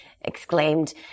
exclaimed